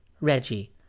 Reggie